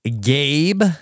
Gabe